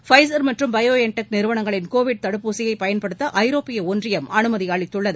fine மற்றும் BioNTech நிறுவனங்களின் Covid தடுப்பூசியை பயன்படுத்த ஐரோப்பிய ஒன்றியம் அனுமதியளித்துள்ளது